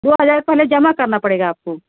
दो हज़ार पहले जमा करना पड़ेगा आपको